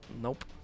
Nope